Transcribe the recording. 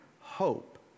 hope